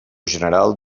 general